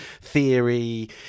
theory